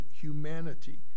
humanity